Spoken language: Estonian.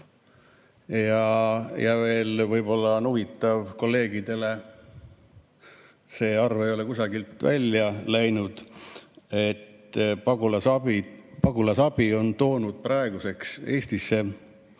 Ja võib-olla on huvitav kolleegidele – see arv ei ole kusagilt välja läinud –, et Pagulasabi on toonud praeguseks Eestisse